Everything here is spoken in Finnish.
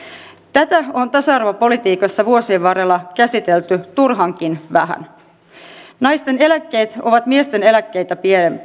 tätä on tasa arvopolitiikassa vuosien varrella käsitelty turhankin vähän naisten eläkkeet ovat miesten eläkkeitä